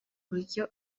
buryo